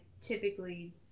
typically